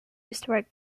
historic